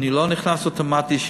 אני לא נכנס אוטומטית.